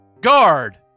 Guard